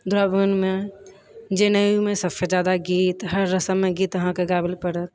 दुरागमनमे जनेउमे सबसे ज्यादा गीत हर रस्ममे गीत अहाँके गाबैले पड़त